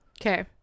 Okay